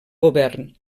govern